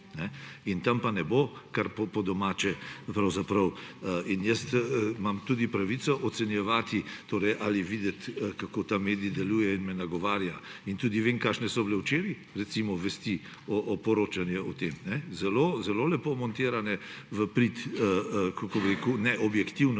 vi. Tam pa ne bo kar po domače. In jaz imam tudi pravico ocenjevati ali videti, kako ta medij deluje in me nagovarja. In tudi vem, kakšne so bile včeraj recimo vesti o poročanju glede tega. Zelo lepo montirane v prid, kako